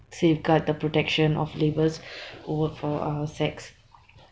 safeguard the protection of labours who work for uh sex